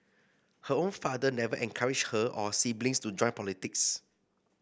her own father never encouraged her or siblings to join politics